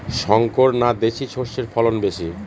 শংকর না দেশি সরষের ফলন বেশী?